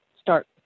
start